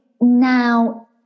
now